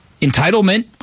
entitlement